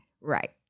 Right